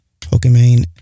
Pokemon